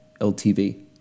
LTV